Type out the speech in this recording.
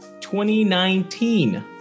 2019